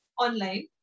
online